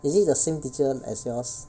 is it the same teacher as yours